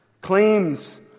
claims